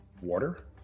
water